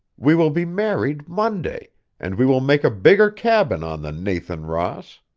we will be married monday and we will make a bigger cabin on the nathan ross.